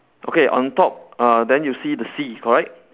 okay on top uh then you see the sea correct